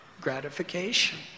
gratification